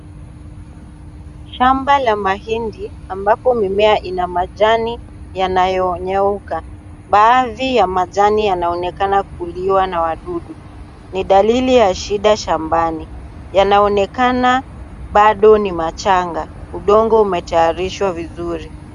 Shamba la mahindi mbapo mimea ina majani yanayonyauka. Baadhi ya majani yanaonekana kuliwa na wadudu. Ni dalili ya shida shambani. Yanaonekana bado ni machanga. Udongo umetayarishwa vizuri.